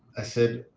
i said,